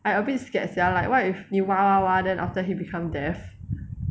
I a bit scared sia like what if 你挖挖挖 then later he become deaf